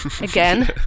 again